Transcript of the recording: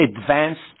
advanced